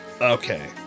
Okay